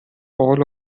all